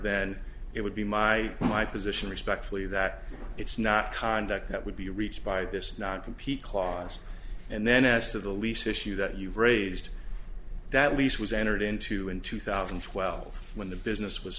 then it would be my my position respectfully that it's not conduct that would be reached by this not compete clause and then as to the lease issue that you've raised that lease was entered into in two thousand and twelve when the business was